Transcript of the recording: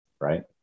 right